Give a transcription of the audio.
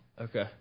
Okay